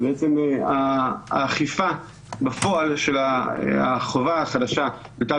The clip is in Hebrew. אז בעצם האכיפה בפועל של החובה החדשה בתו